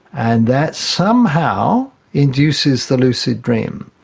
and that somehow induces the lucid dream.